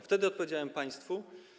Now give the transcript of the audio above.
Wtedy odpowiedziałem państwu.